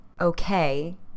okay